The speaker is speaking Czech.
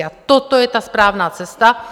A toto je ta správná cesta.